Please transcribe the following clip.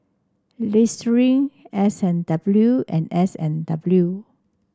Listerine S and W and S and W